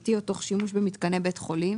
ממשלתי או תוך שימוש במתקני בית חולים